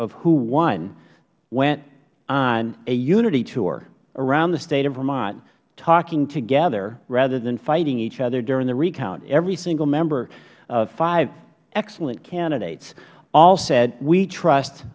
of who won went on a unity tour around the state of vermont talking together rather than fighting each other during the recount every single member of five excellent candidates all said we trust